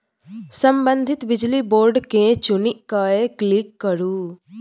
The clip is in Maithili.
संबंधित बिजली बोर्ड केँ चुनि कए क्लिक करु